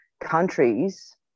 countries